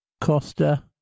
Costa